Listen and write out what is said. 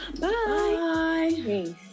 bye